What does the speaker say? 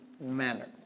manner